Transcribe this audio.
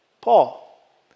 Paul